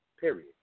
period